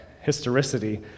historicity